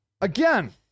again